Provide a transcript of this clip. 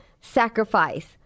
sacrifice